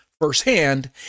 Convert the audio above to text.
firsthand